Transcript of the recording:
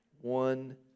One